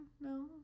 no